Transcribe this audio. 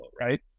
right